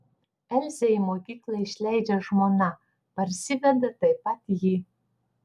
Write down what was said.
elzę į mokyklą išleidžia žmona parsiveda taip pat ji